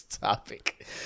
topic